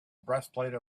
breastplate